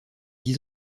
dix